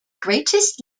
greatest